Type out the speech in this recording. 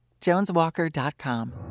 JonesWalker.com